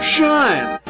Shine